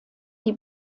die